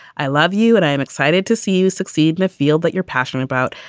i love you and i am excited to see you succeed the field that you're passionate about?